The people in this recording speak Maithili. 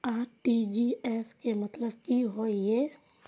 आर.टी.जी.एस के मतलब की होय ये?